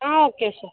okay sir